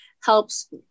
helps